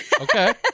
Okay